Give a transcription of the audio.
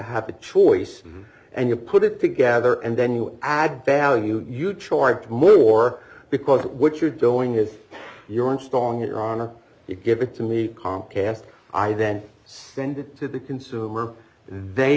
have the choice and you put it together and then you add value you charge more because what you're doing is you're installing it on it give it to me and i then send it to the consumer they